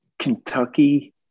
Kentucky